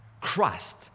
Christ